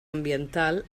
ambiental